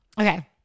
Okay